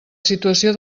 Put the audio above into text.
situació